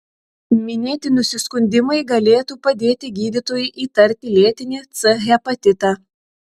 minėti nusiskundimai galėtų padėti gydytojui įtarti lėtinį c hepatitą